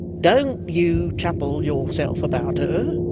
don't you trouble yourself about her. her.